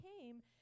came